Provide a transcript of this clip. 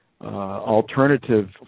alternative